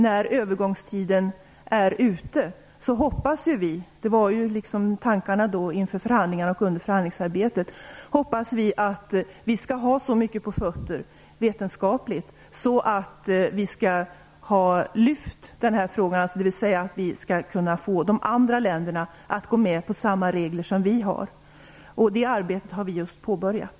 När övergångstiden är ute hoppas vi - det var tanken under förhandlingarna och i förhandlingsarbetet - att vi vetenskapligt skall ha så mycket på fötterna att vi har lyft frågan, dvs. att vi skall kunna få de andra länderna att kunna gå med på samma regler som vi har. Det arbetet har vi just påbörjat.